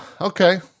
Okay